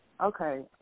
okay